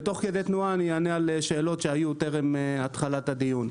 ותוך כדי תנועה אני אענה על שאלות שהיו טרם התחלת הדיון.